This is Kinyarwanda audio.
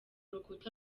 rukuta